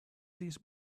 these